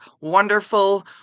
wonderful